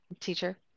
teacher